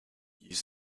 use